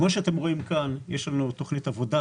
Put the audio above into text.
כפי שאתם רואים כאן, יש לנו תוכנית עבודה.